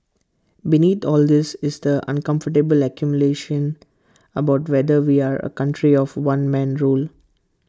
beneath all this is the uncomfortable accusation about whether we are A country of one man rule